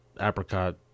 apricot